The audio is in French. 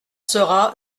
sera